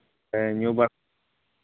ᱦᱮᱸ ᱧᱩ ᱵᱟᱲᱟ